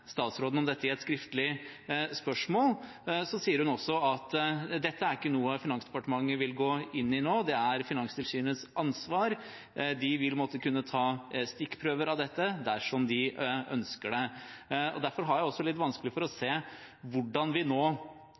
statsråden om dette i et skriftlig spørsmål, sa hun at dette ikke er noe Finansdepartementet vil gå inn i nå, det er Finanstilsynets ansvar. De må kunne ta stikkprøver av dette dersom de ønsker det. Derfor har jeg også litt vanskelig for å se hvordan vi nå